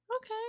Okay